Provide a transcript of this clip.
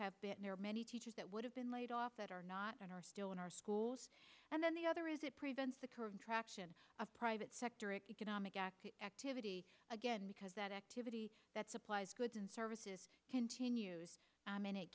have been there many teachers that would have been laid off that are not and are still in our schools and then the other is it prevents the curved traction of private sector it economic activity activity again because that activity that supplies goods and services continues and it